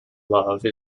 love